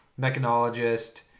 mechanologist